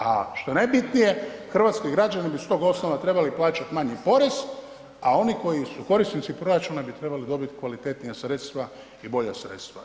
A što je najbitnije, hrvatski građani bi s tog osnova trebali plaćati manji porez, a oni koji su korisnici proračuna bi trebali dobiti kvalitetnija sredstva i bolja sredstva.